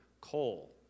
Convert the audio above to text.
Coal